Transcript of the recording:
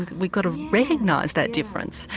we've got to recognise that difference.